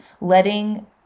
letting